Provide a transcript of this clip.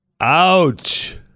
Ouch